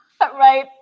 right